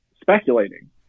speculating